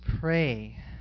pray